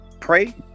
Pray